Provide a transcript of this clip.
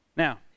Now